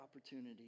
opportunity